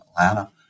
Atlanta